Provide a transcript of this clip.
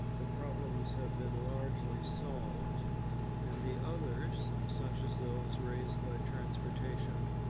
the problems have been largely solved and the others, such as those raised by transportation,